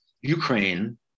Ukraine